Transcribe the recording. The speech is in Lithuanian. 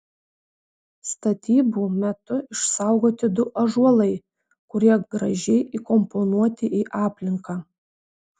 statybų metu išsaugoti du ąžuolai kurie gražiai įkomponuoti į aplinką